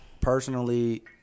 personally